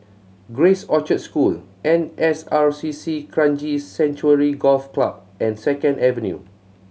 Grace Orchard School N S R C C Kranji Sanctuary Golf Club and Second Avenue